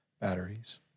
batteries